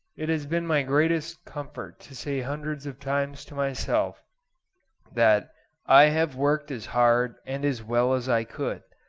it has been my greatest comfort to say hundreds of times to myself that i have worked as hard and as well as i could,